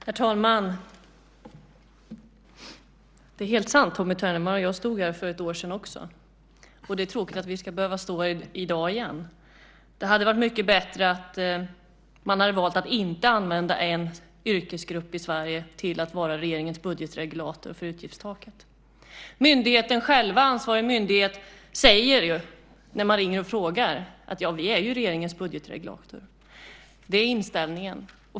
Herr talman! Det är helt sant; Tommy Ternemar och jag stod här för ett år sedan också. Det är tråkigt att vi ska behöva stå här i dag igen. Det hade varit mycket bättre om man valt att inte använda en yrkesgrupp i Sverige som regeringens budgetregulator för utgiftstaket. Ansvarig myndighet själv säger, när man ringer och frågar: Ja, vi är ju regeringens budgetregulator. Det är inställningen.